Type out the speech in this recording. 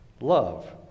love